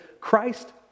Christ